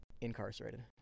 incarcerated